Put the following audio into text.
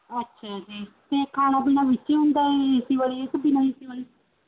ਅੱਛਾ ਜੀ ਅਤੇ ਖਾਣਾ ਪੀਣਾ ਵਿੱਚ ਹੀ ਹੁੰਦਾ ਏ ਏ ਸੀ ਵਾਲੀ ਹੈ ਕਿ ਬਿਨ੍ਹਾਂ ਏ ਸੀ ਵਾਲੀ